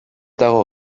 dago